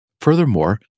Furthermore